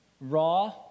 raw